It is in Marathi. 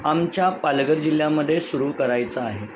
आमच्या पालघर जिल्ह्यामध्ये सुरू करायचं आहे